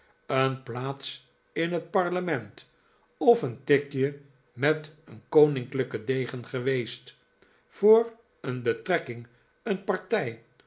een plaats in het parlement of een tikje met een koninklijken degen geweest voor een betrekking een partij